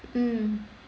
mm